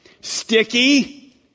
Sticky